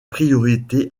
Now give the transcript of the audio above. priorités